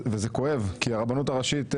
זה כואב כי הרבנות הראשית,